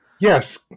Yes